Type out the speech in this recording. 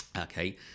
Okay